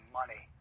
money